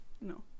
no